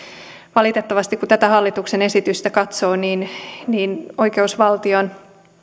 valitettavasti kun tätä hallituksen esitystä katsoo oikeusvaltion